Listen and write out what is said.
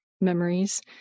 memories